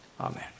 Amen